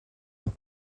leur